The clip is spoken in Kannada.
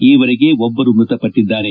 ಈವರೆಗೆ ಒಬ್ಬರು ಮೃತಪಟ್ಟದ್ದಾರೆ